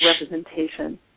representation